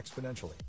exponentially